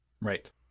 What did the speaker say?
right